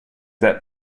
that